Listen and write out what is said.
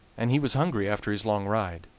and he was hungry after his long ride.